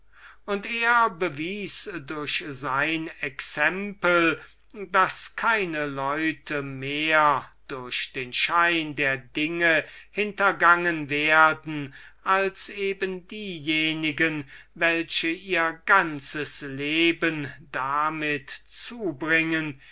und er bewies durch sein exempel daß keine leute mehr durch den schein der dinge hintergangen werden als eben diejenige welche ihr ganzes leben damit zubringen